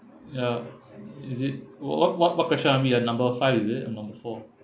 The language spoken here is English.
ya is it what what what what question are we at number five is it oh no four